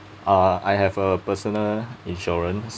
uh I have a personal insurance